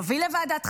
יוביל לוועדת חקירה,